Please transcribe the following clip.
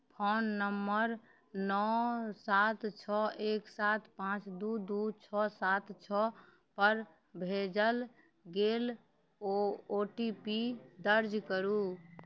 phone number नओ सात छओ एक सात पाँच दुइ दुइ छओ सात छओपर भेजल गेल ओ ओ टी पी दर्ज करू